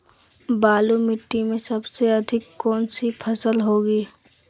बालू मिट्टी में सबसे अधिक कौन सी फसल होगी?